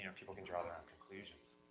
and people can draw their own conclusions,